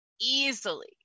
easily